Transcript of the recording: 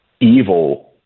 evil